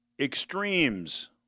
extremes